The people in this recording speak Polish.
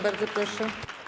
Bardzo proszę.